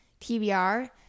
TBR